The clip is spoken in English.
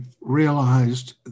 realized